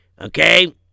Okay